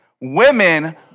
Women